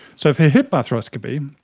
so for hip arthroscopy,